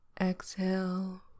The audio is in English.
exhale